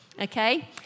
okay